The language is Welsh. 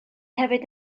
hefyd